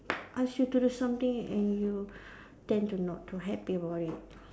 ask you to do something and you tend to not too happy about it